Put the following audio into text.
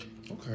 Okay